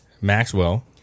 Maxwell